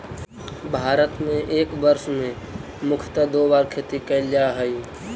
भारत में एक वर्ष में मुख्यतः दो बार खेती कैल जा हइ